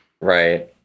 Right